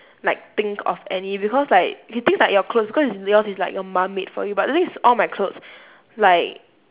like think of any because like K things like your clothes because is yours is like your mum made for you but the thing is all my clothes like